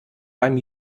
beim